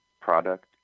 product